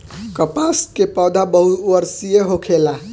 कपास के पौधा बहुवर्षीय होखेला